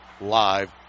live